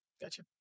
Gotcha